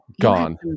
gone